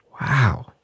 Wow